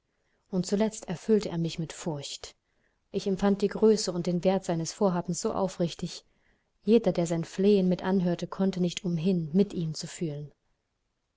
und zuletzt erfüllte er mich mit furcht er empfand die größe und den wert seines vorhabens so aufrichtig jeder der sein flehen mit anhörte konnte nicht umhin mit ihm zu fühlen